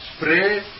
spray